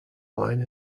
line